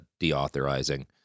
deauthorizing